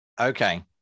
Okay